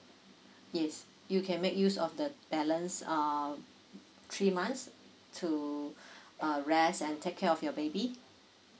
yes you can make use of the balance um three months to err rest and take care of your baby